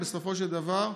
בסופו של דבר,